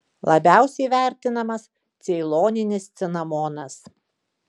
labiausiai vertinamas ceiloninis cinamonas